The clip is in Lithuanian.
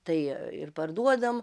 tai ir parduodam